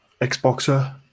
Xboxer